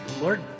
Lord